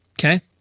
okay